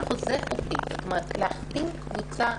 למה זה חוזה חוקי להחתים קבוצה?